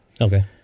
Okay